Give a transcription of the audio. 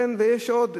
ויש עוד,